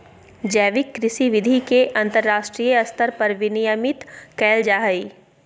जैविक कृषि विधि के अंतरराष्ट्रीय स्तर पर विनियमित कैल जा हइ